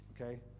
Okay